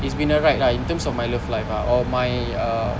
it's been a ride lah in terms of my love life or my err